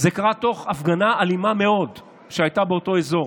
זה קרה תוך הפגנה אלימה מאוד שהייתה באותו אזור.